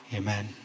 amen